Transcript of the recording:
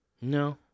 no